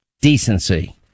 decency